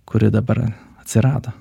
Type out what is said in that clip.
kuri dabar atsirado